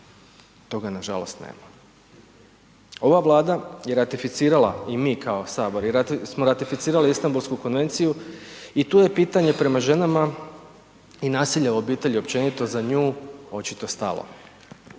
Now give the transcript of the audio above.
Toga nažalost nema. Ova Vlada je ratificirala i mi kao Sabor smo ratificirali Istanbulsku konvenciju i tu je pitanje prema ženama i nasilje u obitelji općenito za nju očito stalo.